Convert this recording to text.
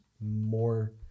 more